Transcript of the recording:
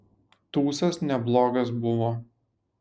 tūsas neblogas buvo